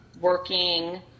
working